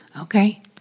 Okay